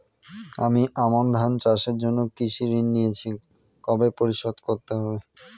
আমি আমন ধান চাষের জন্য কৃষি ঋণ নিয়েছি কবে পরিশোধ করতে হবে?